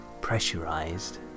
pressurized